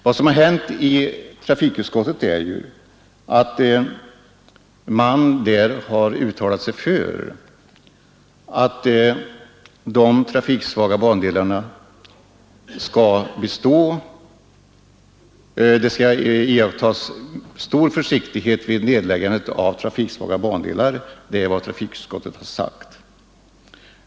Vad som har hänt i trafikutskottet är att man uttalat sig för att de trafiksvaga bandelarna i stor utsträckning skall bestå och att stor försiktighet skall iakttas vid nedläggandet av trafiksvaga bandelar.